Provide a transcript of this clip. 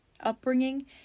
upbringing